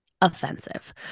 offensive